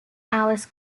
alice